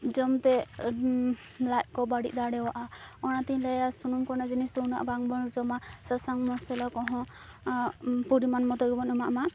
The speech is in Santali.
ᱡᱚᱢᱛᱮ ᱞᱟᱡᱠᱚ ᱵᱟ ᱲᱤᱡ ᱫᱟᱲᱮᱣᱟᱜᱼᱟ ᱚᱱᱟᱛᱮᱧ ᱞᱟᱹᱭᱟ ᱥᱩᱱᱩᱢᱠᱚ ᱨᱮᱱᱟᱜ ᱡᱤᱱᱤᱥᱫᱚ ᱩᱱᱟᱹᱜ ᱵᱟᱝᱵᱚᱱ ᱡᱚᱢᱟ ᱥᱟᱥᱟᱝ ᱢᱚᱥᱞᱟᱠᱚ ᱦᱚᱸ ᱯᱚᱨᱤᱢᱟᱱ ᱢᱚᱛᱚᱜᱮ ᱵᱚᱱ ᱮᱢᱟᱜᱢᱟ